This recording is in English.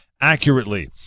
accurately